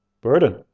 burden